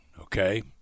okay